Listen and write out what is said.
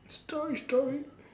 story story